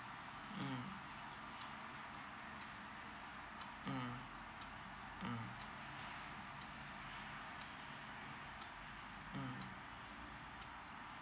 mm mm mm mm